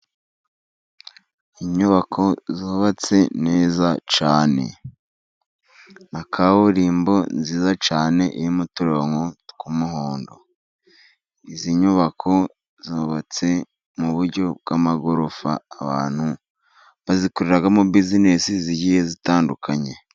Inyubako zubatse neza cyane, na kaburimbo nziza cyane y'uturonko tw'umuhondo. Izi nyubako zubatse mu buryo bw'amagorofa, abantu bazikoreramo buzinesi zigiye zitandukanye.